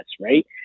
right